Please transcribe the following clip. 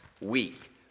week